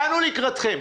באנו לקראתכם.